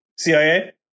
CIA